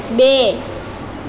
બે